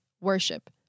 worship